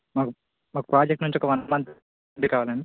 మాకు మాకు ప్రాజెక్ట్ నుంచి ఒక వన్ మంత్ అద్దెకి కావాలండి